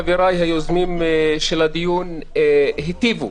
חבריי, היוזמים של הדיון, היטיבו